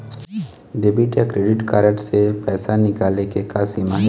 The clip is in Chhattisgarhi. डेबिट या क्रेडिट कारड से पैसा निकाले के का सीमा हे?